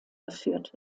geführt